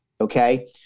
okay